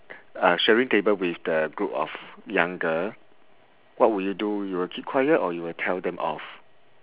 uh sharing table with the group of young girl what would you do you would keep quiet or you would tell them off